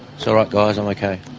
so right guys, i'm ok.